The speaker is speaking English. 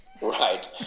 Right